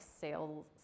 sales